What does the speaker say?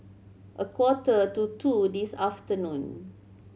a quarter to two this afternoon